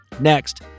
Next